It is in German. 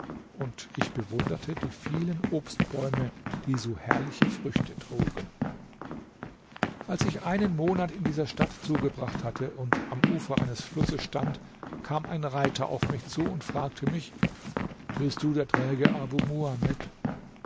und ich bewunderte die vielen obstbäume die so herrliche früchte trugen als ich einen monat in dieser stadt zugebracht hatte und am ufer eines flusses stand kam ein reiter auf mich zu und fragte mich bist du der träge abu muhamed